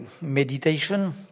meditation